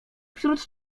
wśród